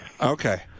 Okay